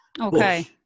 Okay